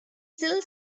still